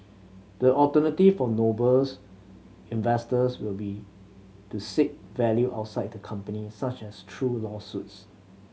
the alternative for Noble's investors will be to seek value outside the company such as through lawsuits